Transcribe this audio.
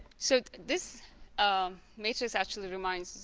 so this um matrix actually reminds.